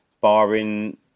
barring